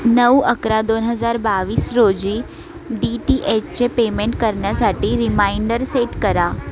नऊ अकरा दोन हजार बावीस रोजी डी टी एचचे पेमेंट करण्यासाठी रिमाइंडर सेट करा